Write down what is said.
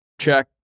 check